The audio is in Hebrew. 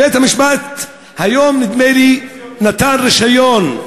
בית-המשפט היום, נדמה לי, נתן רישיון.